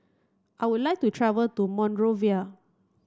I would like to travel to Monrovia